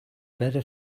better